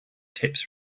tips